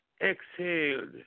exhaled